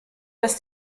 dass